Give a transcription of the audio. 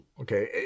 okay